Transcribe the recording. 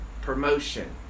promotion